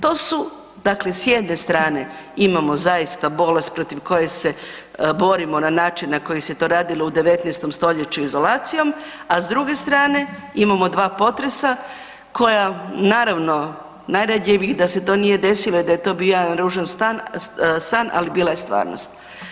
To su, dakle s jedne strane imamo zaista bolest protiv koje se borimo na način na koji se to radilo u 19 stoljeću izolacijom, a s druge strane imamo dva potresa koja naravno najradije bih da se to nije desilo i da je to bio jedan ružan san ali bila je stvarnost.